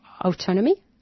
autonomy